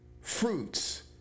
fruits